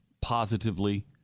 positively